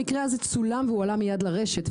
המקרה הזה צולם והוא עלה מיד לרשת,